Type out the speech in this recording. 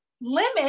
limit